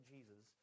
Jesus